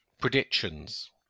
Predictions